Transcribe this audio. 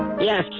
Yes